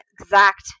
exact